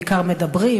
בעיקר מדברים,